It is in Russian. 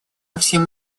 всем